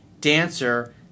dancer